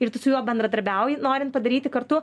ir tu su juo bendradarbiauji norint padaryti kartu